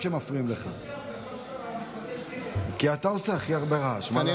כי אתה עושה הכי הרבה רעש, מה לעשות?